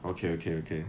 okay okay okay